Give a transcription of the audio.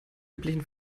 üblichen